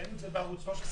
ראינו את זה בערוץ 13,